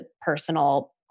personal